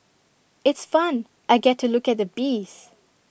it's fun I get to look at the bees